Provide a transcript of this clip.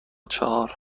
چهار